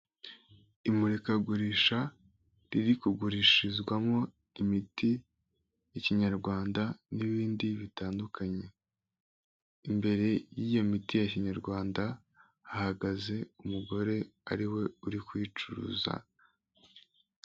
Imurikagurisha riri kugurishirizwamo imiti y'ikinyarwanda n'ibindi bitandukanye, imbere y'iyo miti ya kinyarwanda, hahagaze umugore, ariwe uri kuyicuruza.